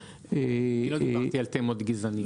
עצמון --- אני לא דיברתי על תמות גזעניות.